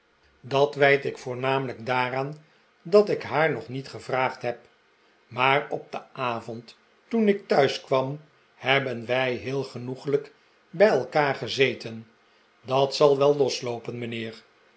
dat wijt ik voornamelijk daaraan dat ik haar nog niet gevraagd heb maar op den avond toen ik thuis kwam hebben wij heel genoeglijk bij elkaar gezeten dat zal wel losloopen mijnheer